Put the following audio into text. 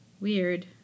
Weird